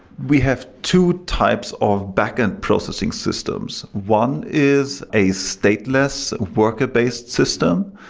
we have two types of backend processing systems. one is a stateless worker-based system,